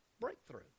breakthrough